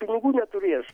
pinigų neturės